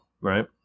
right